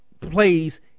plays